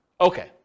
Okay